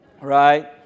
Right